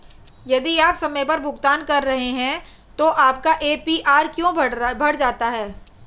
यदि आप समय पर भुगतान कर रहे हैं तो आपका ए.पी.आर क्यों बढ़ जाता है?